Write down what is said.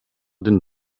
den